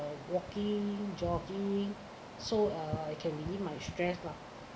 walking jogging so I can release my stress lah